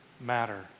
matter